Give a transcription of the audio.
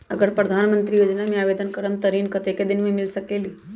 अगर प्रधानमंत्री योजना में आवेदन करम त ऋण कतेक दिन मे मिल सकेली?